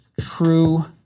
true